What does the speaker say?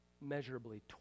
measurably